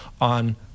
on